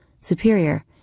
Superior